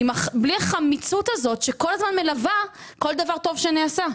בלי החמיצות הזאת שכל הזמן מלווה כל דבר טוב שנעשה.